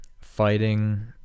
fighting